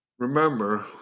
Remember